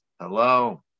Hello